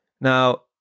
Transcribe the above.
Now